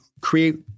create